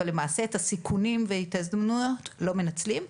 אבל למעשה את הסיכונים וההתאזנות לא מנצלים,